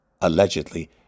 allegedly